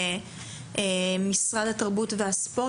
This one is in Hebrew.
עם משרד התרבות והספורט.